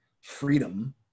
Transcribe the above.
freedom